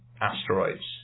asteroids